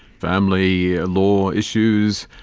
family law issues,